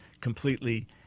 completely